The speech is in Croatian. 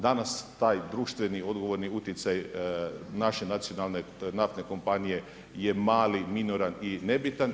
Danas taj društveni, odgovorni utjecaj naše nacionalne naftne kompanije je mali, minoran i nebitan.